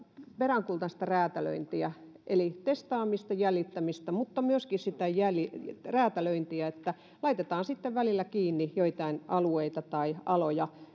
peräänkuulutan sitä räätälöintiä eli testaamista jäljittämistä mutta myöskin sitä räätälöintiä niin että laitetaan sitten välillä kiinni joitain alueita tai aloja